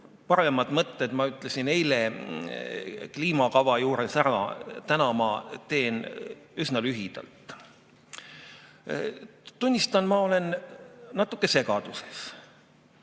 paremad mõtted ma ütlesin eile kliimakava juures ära, täna ma teen üsna lühidalt. Tunnistan, et ma olen natuke segaduses.